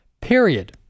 period